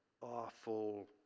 awful